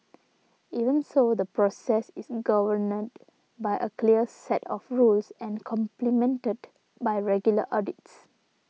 even so the process is governed by a clear set of rules and complemented by regular audits